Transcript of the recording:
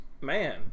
man